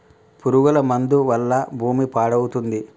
పురుగుల మందు వల్ల భూమి పాడవుతుంది